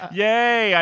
yay